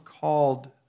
called